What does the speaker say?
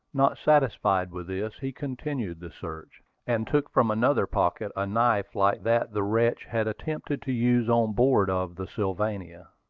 not satisfied with this, he continued the search, and took from another pocket a knife like that the wretch had attempted to use on board of the sylvania.